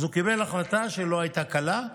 אז הוא קיבל החלטה שלא הייתה קלה,